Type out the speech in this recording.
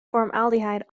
formaldehyde